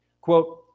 quote